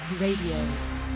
Radio